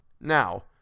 now